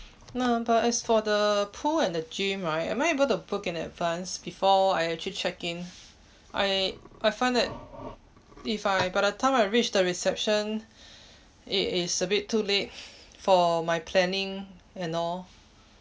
now but as for the pool and the gym right am I able to book in advance before I actually check in I I find that if I by the time I reach the reception it is a bit too late for my planning and all